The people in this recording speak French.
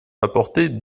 apportait